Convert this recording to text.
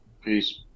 Peace